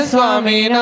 Swami